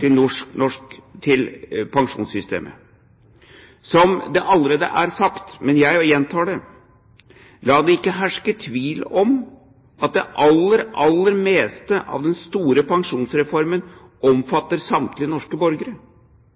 til et nytt pensjonssystem. Det er allerede sagt, men jeg gjentar det: La det ikke herske tvil om at det aller, aller meste av den store pensjonsreformen